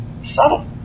Subtle